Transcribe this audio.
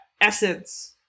essence